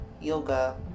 yoga